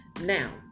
now